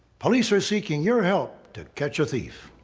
police are seeking your help to catch a thief.